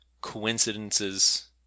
coincidences